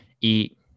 eat